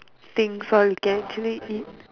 things all you can actually eat